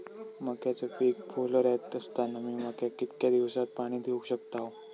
मक्याचो पीक फुलोऱ्यात असताना मी मक्याक कितक्या दिवसात पाणी देऊक शकताव?